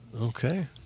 Okay